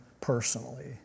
personally